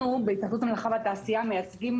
אנחנו בהתאחדות המלאכה והתעשייה מייצגים